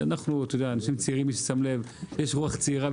אנחנו אנשים צעירים בעלי רוח צעירה.